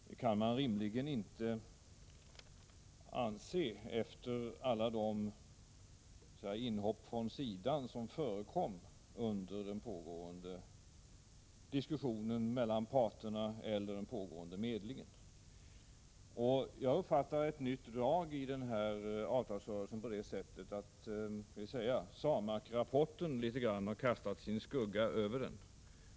Det kan man inte rimligtvis anse, efter alla de inhopp från sidan som förekom under pågående diskussioner mellan parterna och under pågående medling. Som jag uppfattar det var det ett nytt drag i denna avtalsrörelse, på det sättet att SAMAK-rapportens inkomstpolitiska synsätt har kastat sin skugga över den.